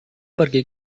pergi